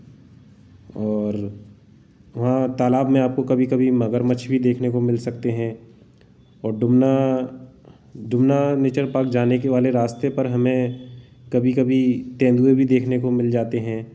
और वहाँ तालाब में आपको कभी कभी मगरमच्छ भी देखने को मिल सकते हैं और डुमना डुमना नेचर पार्क जाने के वाले रास्ते पर हमें कभी कभी तेंदुए भी देखने को मिल जाते हैं